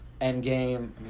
Endgame